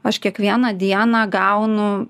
aš kiekvieną dieną gaunu